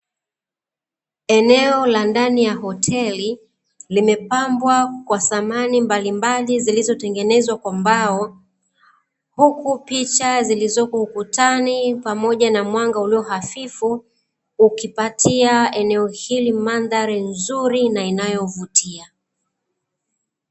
Eneo la ndani ya hoteli limepambwa kwa samani mbalimbali zilizotenenezwa kwa mbao, huku picha zilizoko ukutani pamoja na mwanga uliohafifu, ukipatia eneo hili mandhari nzuri na inayovutia.